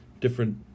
different